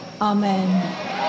amen